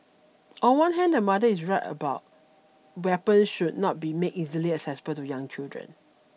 on one hand the mother is right weapon should not be made easily accessible to young children